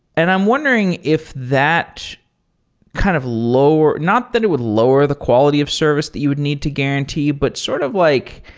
and i'm wondering if that kind of lower not that it would lower the quality of service that you would need to guarantee, but sort of like